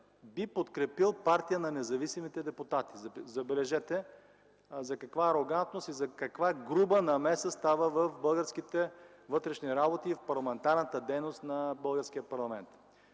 би подкрепил партия на независимите депутати! Забележете за каква арогантност и за каква груба намеса става въпрос в българските вътрешни работи и в парламентарната дейност на българския парламент.